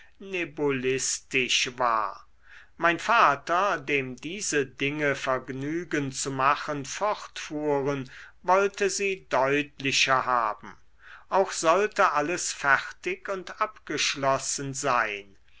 nebulistisch war mein vater dem diese dinge vergnügen zu machen fortfuhren wollte sie deutlicher haben auch sollte alles fertig und abgeschlossen sein